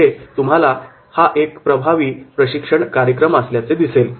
इथे तुम्हाला हा एक अतिशय प्रभावी प्रशिक्षण कार्यक्रम असल्याचे दिसेल